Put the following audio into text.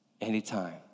anytime